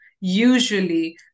usually